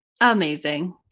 Amazing